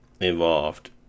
Involved